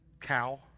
cow